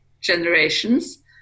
generations